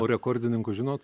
o rekordininkus žinot